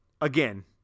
again